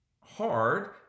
hard